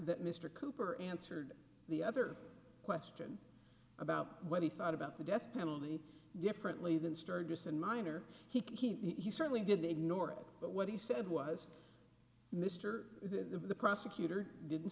that mr cooper answered the other question about what he thought about the death penalty differently than sturgis and minor he certainly didn't ignore it but what he said was mr the prosecutor didn't